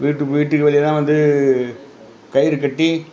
வீட்டுக் வீட்டுக்கு வெளியே தான் வந்து கயிறு கட்டி